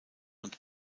und